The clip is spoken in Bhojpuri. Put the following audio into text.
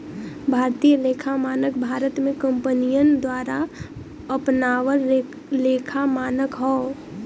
भारतीय लेखा मानक भारत में कंपनियन द्वारा अपनावल लेखा मानक हौ